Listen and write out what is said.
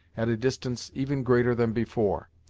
at a distance even greater than before.